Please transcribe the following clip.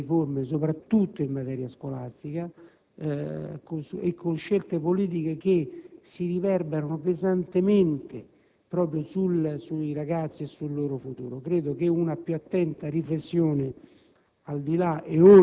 sul terreno delle riforme, soprattutto in materia scolastica, con scelte politiche che si riverberano pesantemente sui ragazzi e sul loro futuro. Credo pertanto che una più attenta riflessione,